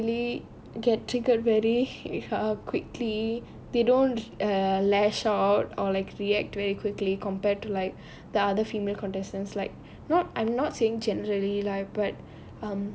they don't really get triggered very quickly they don't err lash out or like react very quickly compared to like the other female contestants like not I'm not saying generally live but